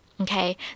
okay